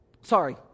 Sorry